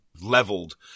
leveled